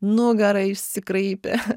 nugara išsikraipė